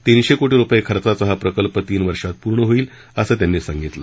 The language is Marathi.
तीनशे कोटी रूपये खर्चाचा हा प्रकल्प तीन वर्षात पूर्ण होईल असं त्यांनी सांगितलं